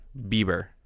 Bieber